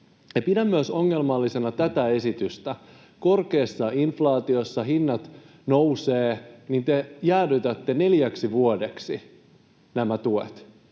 Pidän ongelmallisena myös tätä esitystä. Korkeassa inflaatiossa hinnat nousevat, ja te jäädytätte nämä tuet